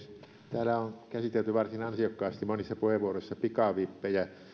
täällä on käsitelty varsin ansiokkaasti monissa puheenvuoroissa pikavippejä